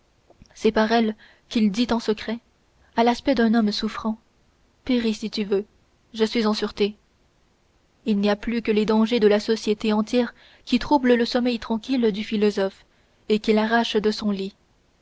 par elle qu'il dit en secret à l'aspect d'un homme souffrant péris si tu veux je suis en sûreté il n'y a plus que les dangers de la société entière qui troublent le sommeil tranquille du philosophe et qui l'arrachent de son lit